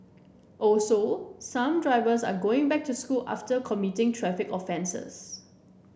also some drivers are going back to school after committing traffic offences